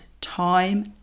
time